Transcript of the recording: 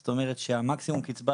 זאת אומרת שהמקסימום קצבה